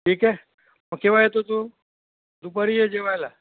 ठीक आहे मग केव्हा येतो तू दुपारी ये जेवायला